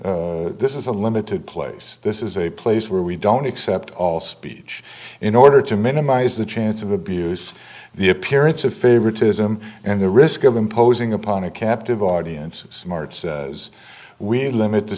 limited this is a limited place this is a place where we don't accept all speech in order to minimize the chance of abuse the appearance of favoritism and the risk of imposing upon a captive audience of smarts as we limit the